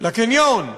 לקניון,